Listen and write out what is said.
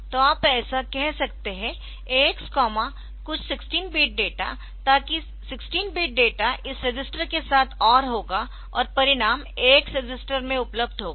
तो आप ऐसा कह सकते है AX कुछ 16 बिट डेटा ताकि 16 बिट डेटा इस रजिस्टर के साथ OR होगा और परिणाम AX रजिस्टर में उपलब्ध होगा